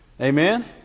Amen